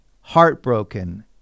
heartbroken